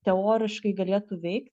teoriškai galėtų veikt